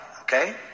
okay